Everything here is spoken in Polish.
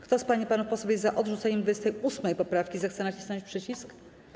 Kto z pań i panów posłów jest za odrzuceniem 28. poprawki, zechce nacisnąć przycisk.